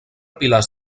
pilars